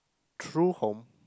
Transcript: true home